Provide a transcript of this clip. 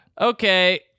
Okay